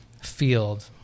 field